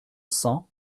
cent